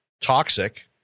toxic